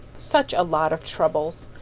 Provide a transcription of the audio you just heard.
such a lot of troubles!